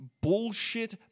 bullshit